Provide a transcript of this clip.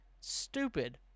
Stupid